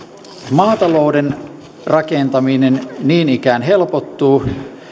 maatalouden rakentaminen niin ikään helpottuu